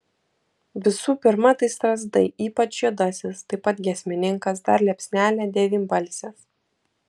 visų pirma tai strazdai ypač juodasis taip pat giesmininkas dar liepsnelė devynbalsės